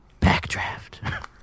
backdraft